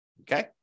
Okay